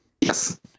Yes